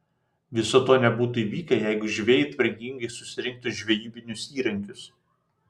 viso to nebūtų įvykę jeigu žvejai tvarkingai susirinktų žvejybinius įrankius